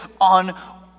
on